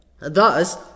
Thus